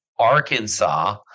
arkansas